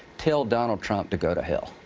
tell donald trump to go to hell.